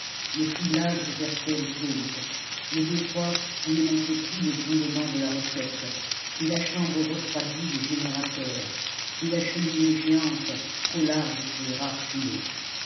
le criblage aux persiennes closes le beffroi où ne montaient plus les grondements de la recette et la chambre refroidie des générateurs et la cheminée géante trop large pour les rares fumées